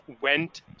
went